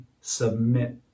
submit